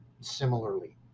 Similarly